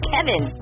Kevin